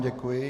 Děkuji.